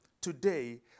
Today